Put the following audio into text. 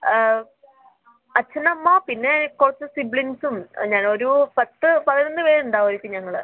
അച്ഛൻ അമ്മ പിന്നെ കുറച്ച് സിബ്ലിങ്ങ്സും ഞങ്ങൾ ഒര് പത്ത് പതിനൊന്ന് പേര് ഉണ്ടാകും ആയിരിക്കും ഞങ്ങള്